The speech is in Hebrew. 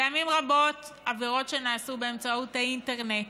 פעמים רבות עבירות שנעשו באמצעות האינטרנט,